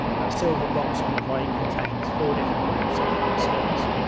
the silver box on the right contains four different groups of four skills.